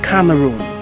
Cameroon